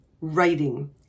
writing